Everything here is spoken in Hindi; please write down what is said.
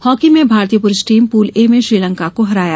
हॉकी में भारतीय पुरूष टीम पूल ए में श्रीलंका को हराया